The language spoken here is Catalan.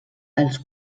els